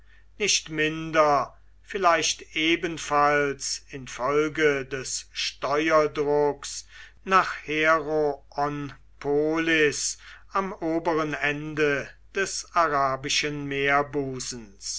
nicht minder vielleicht ebenfalls infolge des steuerdrucks nach heroonpolis am oberen ende des arabischen meerbusens